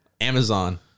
Amazon